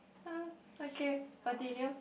!huh! okay continue